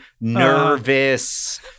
nervous